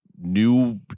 new